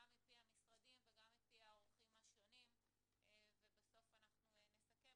גם מפי המשרדים וגם מפי האורחים השונים ובסוף אנחנו נסכם.